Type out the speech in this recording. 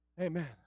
Amen